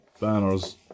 banners